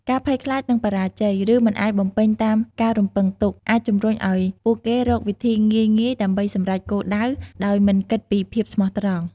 ការភ័យខ្លាចនឹងបរាជ័យ ឬមិនអាចបំពេញតាមការរំពឹងទុក អាចជំរុញឱ្យពួកគេរកវិធីងាយៗដើម្បីសម្រេចគោលដៅ ដោយមិនគិតពីភាពស្មោះត្រង់។